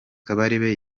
kabarebe